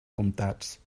comptats